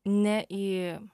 ne į